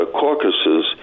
caucuses